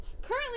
currently